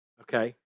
okay